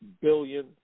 billion